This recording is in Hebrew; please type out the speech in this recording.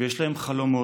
ויש להם חלומות.